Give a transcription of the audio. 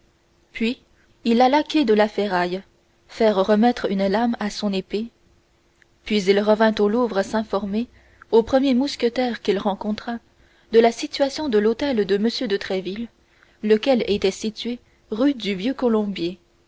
puis il alla quai de la ferraille faire remettre une lame à son épée puis il revint au louvre s'informer au premier mousquetaire qu'il rencontra de la situation de l'hôtel de m de tréville lequel était situé rue du vieuxcolombier c'est-à-dire